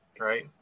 right